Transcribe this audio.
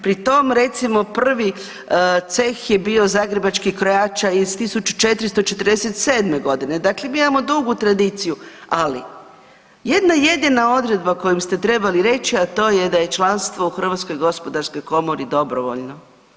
Pri tom recimo prvi ceh je bio zagrebačkih krojača iz 1447. godine, dakle mi imamo dugu tradiciju, ali jedna jedina odredba kojom ste trebali reći, a to je da je članstvo u HGK dobrovoljno.